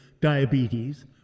diabetes